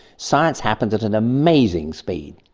science happened at an amazing speed,